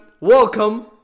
welcome